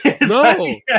No